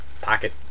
pocket